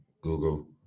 Google